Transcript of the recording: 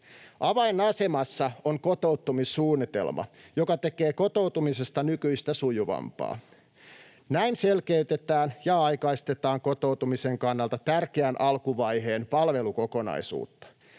Avainasemassa on kotoutumissuunnitelma, joka tekee kotoutumisesta nykyistä sujuvampaa. Näin selkeytetään ja aikaistetaan kotoutumisen kannalta tärkeän alkuvaiheen palvelukokonaisuutta.